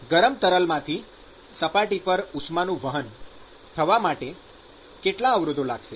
ગરમ તરલમાંથી સપાટી પર ઉષ્માનું વહન થવા માટે કેટલો અવરોધ લાગશે